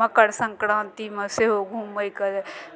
मकर संक्रान्तिमे सेहो घूमयके